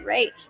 Right